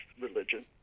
religion